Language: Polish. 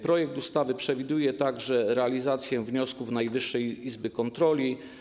Projekt ustawy przewiduje także realizację wniosków Najwyższej Izby Kontroli.